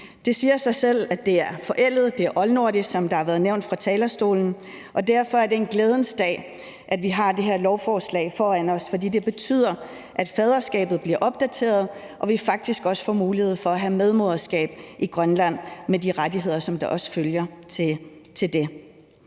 Det siger sig selv, at det er forældet og oldnordisk, som det er blevet nævnt fra talerstolen, og derfor er det en glædens dag, at vi har det her lovforslag foran os, for det betyder, at faderskabet bliver opdateret, og at vi faktisk også får mulighed for at have medmoderskab i Grønland med de rettigheder, som der også følger af det.